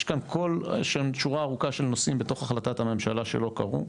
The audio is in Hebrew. יש שם שורה ארוכה של נושאים בתוך החלטת הממשלה שלא קרו.